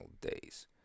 days